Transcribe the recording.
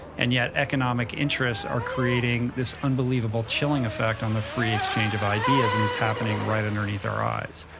and yet economic interests are creating this unbelievable chilling effect on the free exchange of ideas, and it's happening right underneath our eyes.